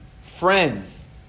friends